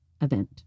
event